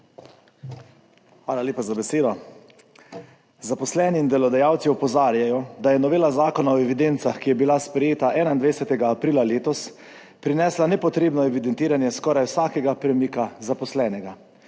Hvala lepa za besedo. Zaposleni in delodajalci opozarjajo, da je novela zakona o evidencah, ki je bila sprejeta 21. aprila letos, prinesla nepotrebno evidentiranje skoraj vsakega premika zaposlenega.